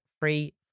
free